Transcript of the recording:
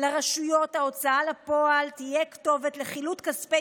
לרשויות ההוצאה לפועל תהיה כתובת לחילוט כספי